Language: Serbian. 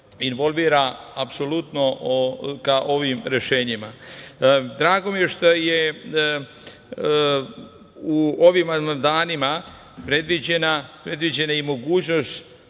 involvira apsolutno ka ovim rešenjima. Drago mi je što je u ovom amandmanima predviđena je i mogućnost